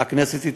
הכנסת התפזרה.